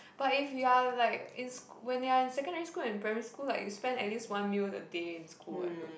but if you are like in school when you are in secondary school and primary school like you spend at least one meal a day in school what